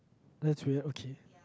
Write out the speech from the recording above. that's weird okay